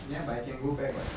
ya but you can go back [what]